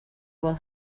will